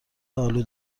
آلو